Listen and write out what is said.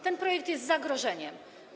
Ten projekt jest zagrożeniem.